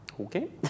Okay